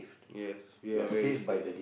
yes we are very safe